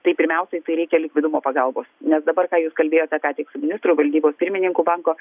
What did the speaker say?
tai pirmiausiai tai reikia likvidumo pagalbos nes dabar ką jūs kalbėjote ką tik su ministru valdybos pirmininku banko